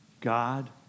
God